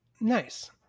Nice